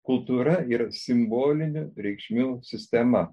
kultūra yra simbolinių reikšmių sistema